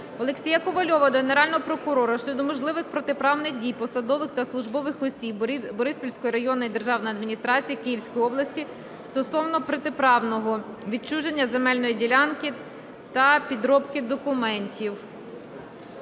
Олексія Ковальова до Генерального прокурора щодо можливих протиправних дій посадових та службових осіб Бориспільської районної державної адміністрації Київської області стосовно протиправного відчуження земельної ділянки та підробки документів.